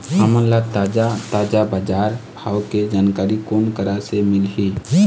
हमन ला ताजा ताजा बजार भाव के जानकारी कोन करा से मिलही?